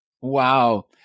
Wow